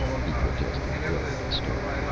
he protested, glaring at stark,